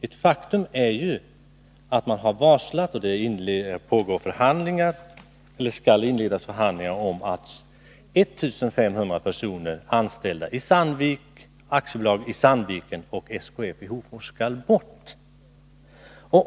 Ett faktum är ju att man har varslat och att det skall inledas förhandlingar om att 1 500 personer, anställda vid Sandvik AB i Sandviken och SKF i Hofors, skall bort.